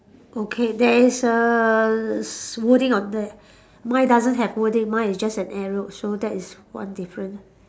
okay there is a s~ wording on there mine doesn't have wording mine is just an arrow so that is one different